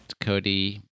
Cody